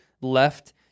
left